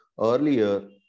Earlier